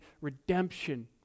redemption